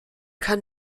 kann